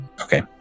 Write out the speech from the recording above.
Okay